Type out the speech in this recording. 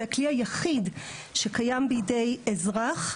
זה הכלי היחיד שקיים בידי אזרח,